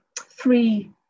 three